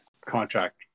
Contract